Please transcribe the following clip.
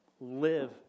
live